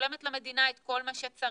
משלמת למדינה את כל מה שצריך,